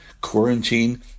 quarantine